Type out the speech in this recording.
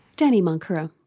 danny munkura.